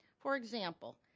for example,